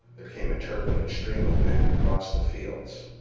there came a turbulent stream of men across the fields.